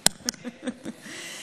חברות וחברים,